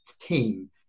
Team